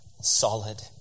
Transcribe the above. solid